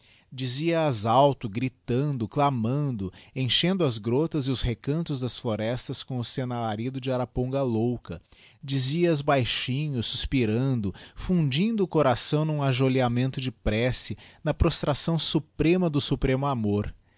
viva dizia as alto gritando clamando enchendo as grotas e os recantos das florestas com o sen alarido de araponga louca dizia as baixinho suspirando fundindo o coração n'um ajoelhamento de prece na prostação suprema do supremo amor